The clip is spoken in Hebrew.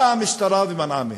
באה המשטרה ומנעה מהם.